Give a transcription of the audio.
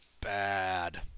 bad